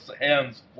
hands